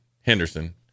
Henderson